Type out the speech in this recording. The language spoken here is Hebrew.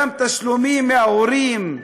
גם תשלומים מההורים.